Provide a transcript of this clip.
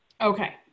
Okay